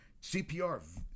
CPR